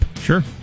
Sure